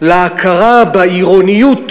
להכרה בעירוניות,